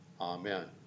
amen